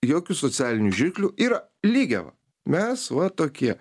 jokių socialinių žirklių yra lygiava mes va tokie